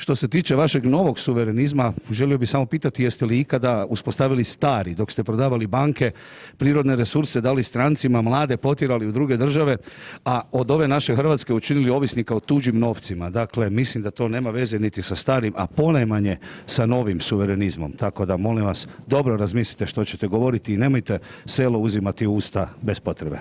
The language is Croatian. Što se tiče vašeg novog suverenizma, želio bih samo pitati, jeste li ikada uspostavili stari, dok ste prodavali banke, prirodne resurse, dali strancima, mlade potjerali u druge države, a od ove naše Hrvatske učinili ovisnika o tuđim novcima, dakle, mislim da to nema veze niti sa starim, a ponajmanje sa novim suverenizmom, tako da molim vas, dobro razmislite što ćete govoriti i nemojte selo uzimati u usta bez potrebe.